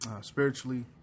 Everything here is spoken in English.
spiritually